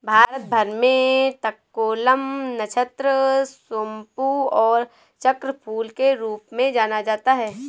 भारत भर में तककोलम, नक्षत्र सोमपू और चक्रफूल के रूप में जाना जाता है